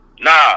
nah